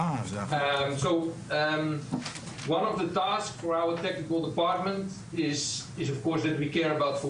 אחת המשימות של המחלקה הטכנית שלנו היא פיתוח עתידי של